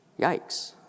Yikes